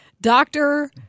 Doctor